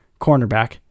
cornerback